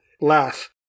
laugh